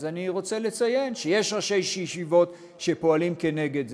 אז אני רוצה לציין שיש ראשי ישיבות שפועלים כנגד זה,